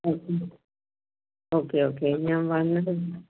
okay okay ഞാൻ വന്നിട്ട്